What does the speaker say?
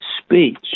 speech